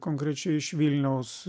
konkrečiai iš vilniaus